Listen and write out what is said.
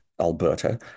Alberta